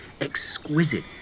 exquisite